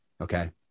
okay